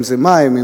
אם מים,